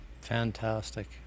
Fantastic